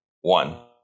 one